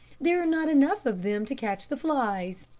there are not enough of them to catch the flies.